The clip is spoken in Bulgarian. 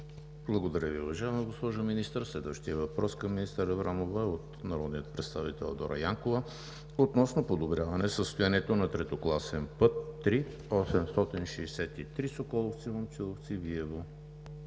Благодаря Ви, уважаема госпожо Министър. Следващият въпрос към министър Аврамова е от народния представител Дора Янкова относно подобряване състоянието на третокласен път III-863 Соколовци – Момчиловци – Виево